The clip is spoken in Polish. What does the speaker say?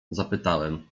zapytałem